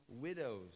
widows